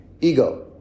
Ego